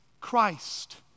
Christ